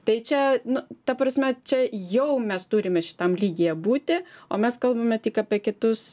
tai čia nu ta prasme čia jau mes turime šitam lygyje būti o mes kalbame tik apie kitus